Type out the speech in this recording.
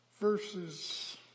verses